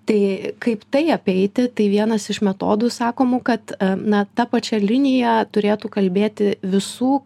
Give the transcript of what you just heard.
tai kaip tai apeiti tai vienas iš metodų sakomų kad na ta pačia linija turėtų kalbėti visų